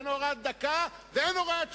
אין הוראת דקה ואין הוראת שנייה.